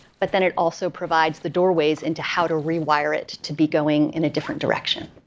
but then it also provides the doorways into how to rewire it to be going in a different direction.